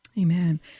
Amen